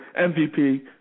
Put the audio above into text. MVP